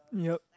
yup